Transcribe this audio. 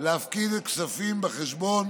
להפקיד כספים בחשבון